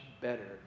better